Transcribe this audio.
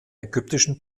ägyptischen